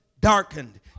darkened